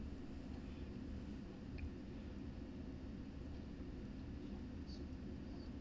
so